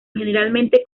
generalmente